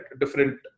different